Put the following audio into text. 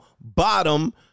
bottom